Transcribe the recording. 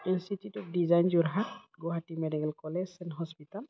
institute of design Jorhat Guwahati medical college and hospital